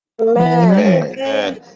Amen